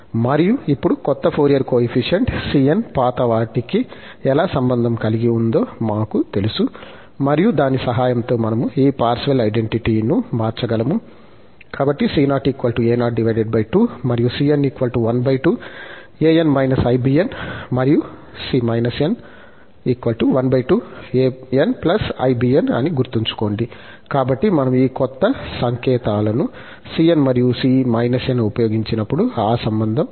మరియు ఇప్పుడు క్రొత్త ఫోరియర్ కోయెఫిషియంట్ cn పాత వాటికి ఎలా సంబంధం కలిగి ఉందో మాకు తెలుసు మరియు దాని సహాయంతో మనము ఈ పార్శివల్ ఐడెంటిటీ ను మార్చగలము కాబట్టి c0 a02 మరియు మరియు c n అని గుర్తుంచుకోండి కాబట్టి మనము ఈ క్రొత్త సంకేతాలను cn మరియు c−n ఉపయోగించినప్పుడు ఆ సంబంధం ఉంది